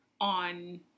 on